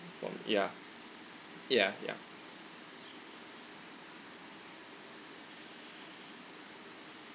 from ya ya ya